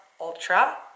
Ultra